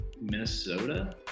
Minnesota